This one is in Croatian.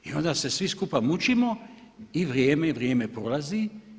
I onda se svi skupa mučimo i vrijeme i vrijeme prolazi.